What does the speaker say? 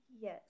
Yes